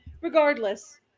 regardless